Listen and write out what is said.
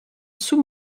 sous